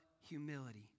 humility